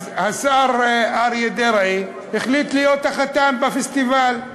אז השר אריה דרעי החליט להיות החתן בפסטיבל.